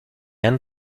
han